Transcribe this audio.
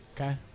Okay